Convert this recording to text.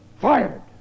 fired